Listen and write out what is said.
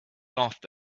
laughed